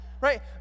Right